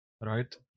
Right